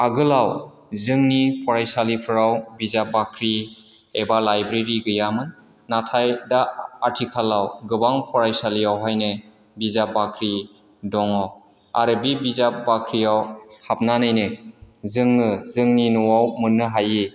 आगोलाव जोंनि फरायसालिफोराव बिजाब बाख्रि एबा लायब्रेरि गैयामोन नाथाय दा आथिखालाव गोबां फ्रायसालियावहायनो बिजाब बाख्रि दङ आरो बे बिजाब बाख्रियाव हाबनानै जोङो जोंनि न'आव मोननो हायै